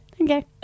Okay